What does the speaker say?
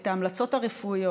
את ההמלצות הרפואיות,